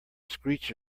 screech